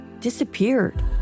disappeared